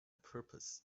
purpose